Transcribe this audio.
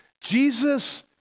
Jesus